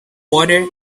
water